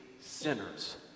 sinners